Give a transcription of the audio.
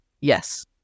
Yes